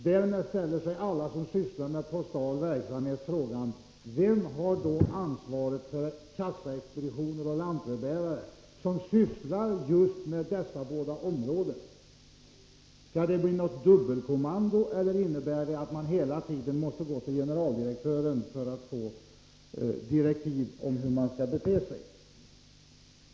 Därmed ställer sig alla som sysslar med postal verksamhet frågan: Vem har då ansvaret för kassaexpeditioner och lantbrevbärare, som sysslar med just dessa båda områden? Skall det bli något dubbelkommando, eller måste man hela tiden gå till generaldirektören för att få direktiv om hur man skall bete sig?